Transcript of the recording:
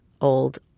old